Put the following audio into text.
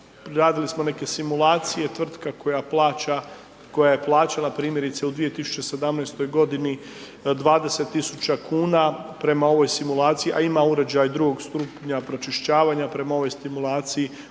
Radili smo neke simulacije, tvrtka koja je plaćala primjerice u 2017. godini 20 000 kuna prema ovoj simulaciji, a ima uređaj drugog stupnja pročišćavanja prema ovoj stimulaciji